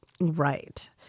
Right